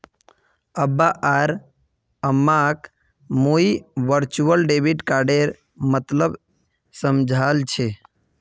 अब्बा आर अम्माक मुई वर्चुअल डेबिट कार्डेर मतलब समझाल छि